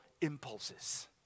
impulses